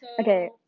Okay